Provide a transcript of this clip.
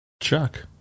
Chuck